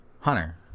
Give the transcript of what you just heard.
hunter